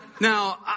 Now